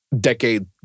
decade